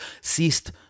ceased